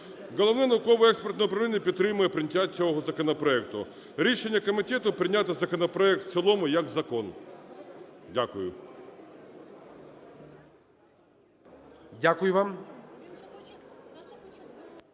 Головне науково-експертне управління підтримує прийняття цього законопроекту. Рішення комітету: прийняти законопроект в цілому як закон. Дякую. ГОЛОВУЮЧИЙ.